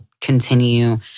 continue